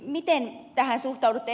miten tähän suhtaudutte